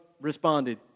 responded